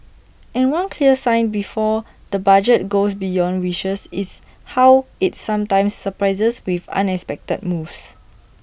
and one clear sign before the budget goes beyond wishes is how IT sometimes surprises with unexpected moves